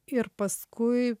ir paskui